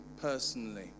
personally